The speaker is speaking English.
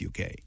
uk